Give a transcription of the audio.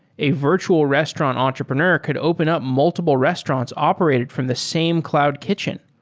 a virtual restaurant entrepreneur could open up multiple restaurants operated from the same cloud kitchen.